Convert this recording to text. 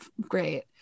great